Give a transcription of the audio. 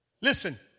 Listen